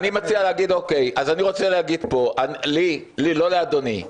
אז אני מציע ורוצה להגיד פה, לי, לא לאדוני,